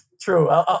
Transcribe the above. true